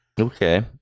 okay